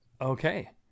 Okay